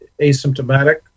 asymptomatic